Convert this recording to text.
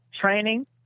training